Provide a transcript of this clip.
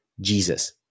Jesus